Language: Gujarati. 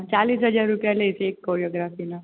ચાલીસ હજાર રૂપિયા લે છે એક કોરયોગ્રાફીના